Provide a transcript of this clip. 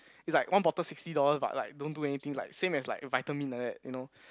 is like one bottle sixty dollars but like don't do anything like same as like vitamin like that you know